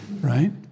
right